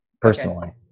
personally